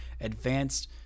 advanced